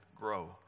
grow